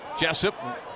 Jessup